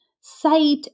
site